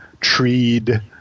treed